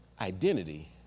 identity